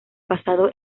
pasado